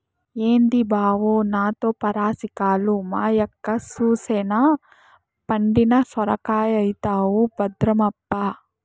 ఏంది బావో నాతో పరాసికాలు, మా యక్క సూసెనా పండిన సొరకాయైతవు భద్రమప్పా